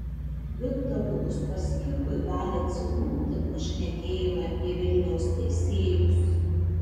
viktorui uspaskichui gali atsirūgti pašnekėjimai apie vilniaus teisėjus